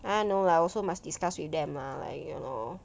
and no lah also must discuss with them lah you know